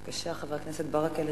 בבקשה, חבר הכנסת ברכה.